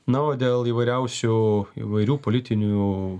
na o dėl įvairiausių įvairių politinių